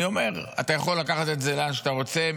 אני אומר, אתה יכול לקחת את זה לאן שאתה רוצה.